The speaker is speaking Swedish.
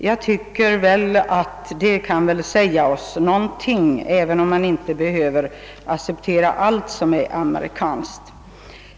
Detta borde väl säga oss någonting även om vi inte behöver acceptera allt som är amerikanskt.